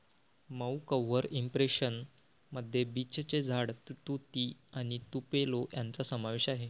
मऊ cover impression मध्ये बीचचे झाड, तुती आणि तुपेलो यांचा समावेश आहे